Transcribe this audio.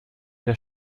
der